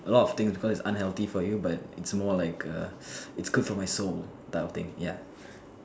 a lot of things because it's unhealthy for you but it's more like a it's good for my soul type of thing ya